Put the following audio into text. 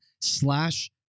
slash